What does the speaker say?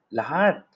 lahat